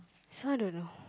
this one I don't know